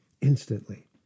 Instantly